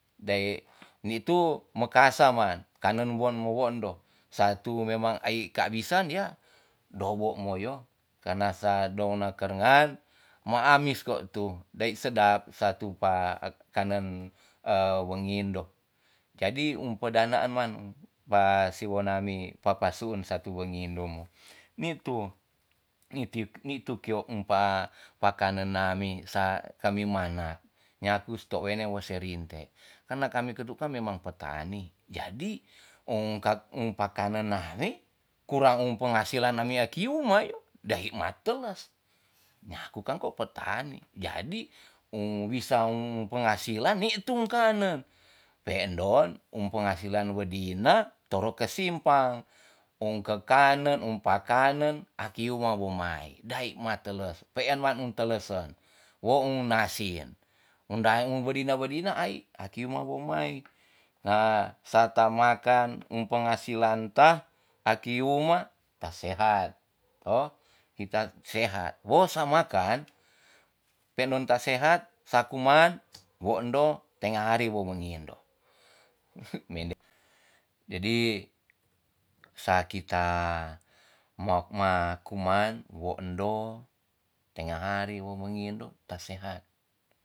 Dae ni tu mekasaman kangen won wo endo satu memang ai kabisan ya dobo moyo karna sa dona karengan ma amis kwa tu dae sedap satu pa kanen e wengindo jadi um pedanaan man ba siwon nami papasun satu wengindo mo ni tu - ni tyu- ni tu kio em pa pakenan nami sa kami mana nyaku tou wene wes se rinte karena kami katu kan memang petani jadi um ka um pakenan nami kurang penghasilan nami aki uma yo dae mateles nyaku kan ko petani jadi wisa penghasilan ni tu mekanen pe'ndon um penghasilan wedina toro kesimpang um kekanan um pakanen aki uma womai dae mateles pe'en mawatelesen wo un nasin un da wedina wedina ai aki uma womai na sarta makan um penghasilan ta aki uma ta sehat to kita sehat wo sa makan pe endon ta sehat sa kuman wo endo tenga hari wo wengindo jadi sa kita ma kuman wo endo tenga hari mo wengindo ta sehat